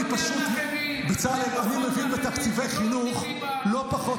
אני פשוט מבין בתקציבי חינוך לא פחות